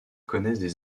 connaissent